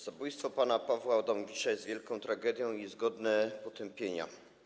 Zabójstwo pana Pawła Adamowicza jest wielką tragedią i jest godne potępienia.